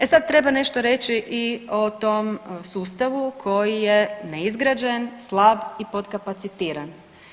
E sad treba nešto reći i o tom sustavu koji je neizgrađen, slab i podkapacitiran.